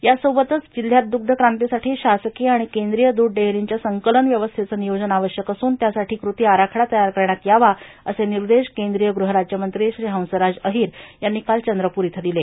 यासोबतच जिल्ह्यात दुग्ध क्रांतीसाठी शासकीय आणि केंद्रीय दूध डेअरींच्या संकलन व्यवस्थेचं नियोजन आवश्यक असून त्यासाठी कृती आराखडा तयार करण्यात यावा असे निर्देश केंद्रीय गृहराज्यमंत्री श्री इंसराज अहिर यांनी काल चंद्रपूर इथं दिले